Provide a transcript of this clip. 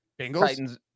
Bengals